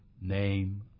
name